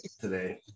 today